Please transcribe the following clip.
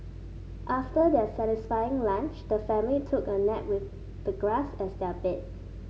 after their satisfying lunch the family took a nap with the grass as their bed